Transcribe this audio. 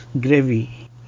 gravy